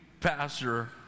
pastor